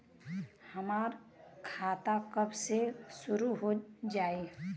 हमार खाता कब से शूरू हो जाई?